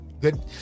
Good